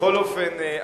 בכל אופן,